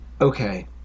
Okay